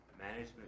management